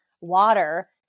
water